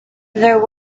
there